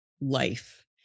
life